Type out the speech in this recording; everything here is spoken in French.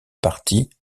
partie